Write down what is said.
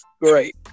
Great